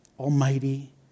Almighty